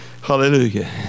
Hallelujah